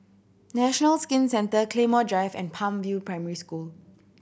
National Skin Centre Claymore Drive and Palm View Primary School